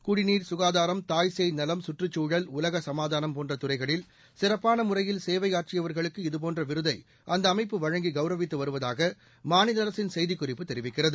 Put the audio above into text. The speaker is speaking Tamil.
குடிநீர் சுகாதாரம் தாய் சேய் நலம் சுற்றுச்சூழல் உலக சமாதானம் போன்ற துறைகளில் சிறப்பான முறையில் சேவையாற்றியவர்களுக்கு இதுபோன்ற விருதை அந்த அமைப்பு வழங்கி கவுரவித்து வருவதாக மாநில அரசின் செய்திக் குறிப்பு தெரிவிக்கிறது